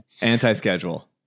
anti-schedule